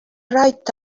right